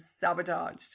sabotaged